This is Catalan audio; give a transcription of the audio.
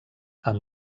amb